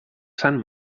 sant